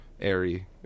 airy